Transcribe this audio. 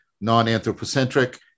non-anthropocentric